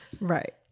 right